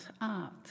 art